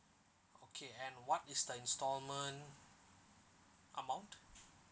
okay and what is the installment amount